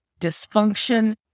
dysfunction